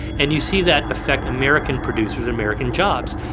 and you see that affect american producers, american jobs.